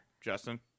Justin